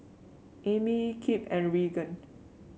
Amey Kip and Reagan